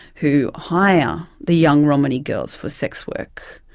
who hire the young romany girls for sex work?